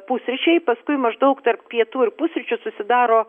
pusryčiai paskui maždaug tarp pietų ir pusryčių susidaro